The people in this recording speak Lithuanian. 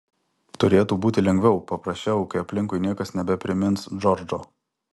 turėtų būti lengviau paprasčiau kai aplinkui niekas nebeprimins džordžo